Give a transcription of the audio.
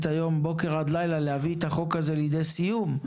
מבוקר עד לילה להביא את החוק הזה לידי סיום,